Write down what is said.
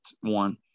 one